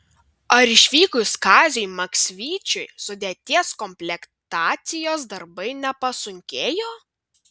ar išvykus kaziui maksvyčiui sudėties komplektacijos darbai nepasunkėjo